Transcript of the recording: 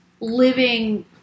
living